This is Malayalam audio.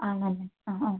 ആണല്ലേ ആ ആ